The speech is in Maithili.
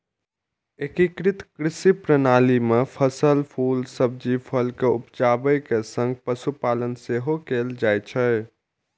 एकीकृत कृषि प्रणाली मे फसल, फूल, सब्जी, फल के उपजाबै के संग पशुपालन सेहो कैल जाइ छै